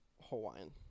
Hawaiian